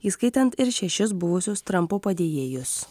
įskaitant ir šešis buvusius trampo padėjėjus